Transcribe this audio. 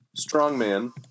strongman